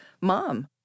Mom